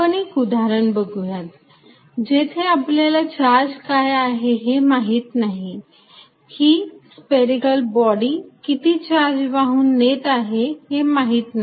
आपण एक उदाहरण बघूयात जेथे आपल्याला चार्ज काय आहे हे माहीत नाही ही स्पेरीकल बॉडी किती चार्ज वाहून नेत आहे हे माहीत नाही